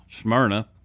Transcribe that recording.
Smyrna